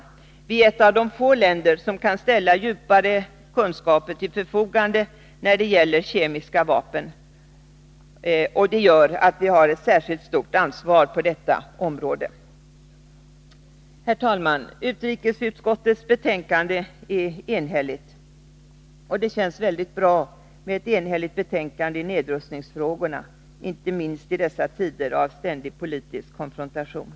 Sverige är ett av de få länder som kan ställa djupare kunskaper till förfogande när det gäller kemiska vapen, och det gör att vi har ett särskilt stort ansvar på detta område. Herr talman! Utrikesutskottets betänkande om nedrustningsfrågor är enhälligt. Det känns väldigt bra, inte minst i dessa tider av ständig politisk konfrontation.